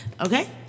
okay